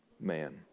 man